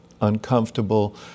uncomfortable